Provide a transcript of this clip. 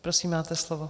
Prosím, máte slovo.